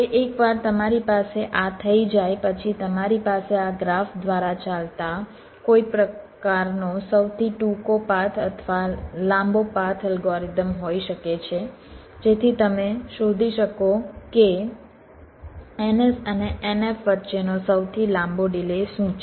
હવે એકવાર તમારી પાસે આ થઈ જાય પછી તમારી પાસે આ ગ્રાફ દ્વારા ચાલતા કોઈ પ્રકારનો સૌથી ટૂંકો પાથ અથવા લાંબો પાથ અલ્ગોરિધમ હોઈ શકે છે જેથી તમે શોધી શકો કે ns અને nf વચ્ચેનો સૌથી લાંબો ડિલે શું છે